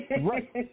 Right